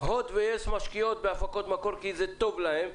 הוט ויס משקיעות בהפקות מקור כי זה טוב להן,